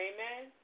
Amen